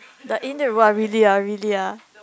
the inn will !wah! really ah really ah